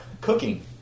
cooking